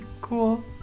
cool